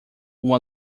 uma